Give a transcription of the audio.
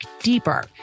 deeper